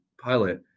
pilot